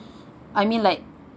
I mean like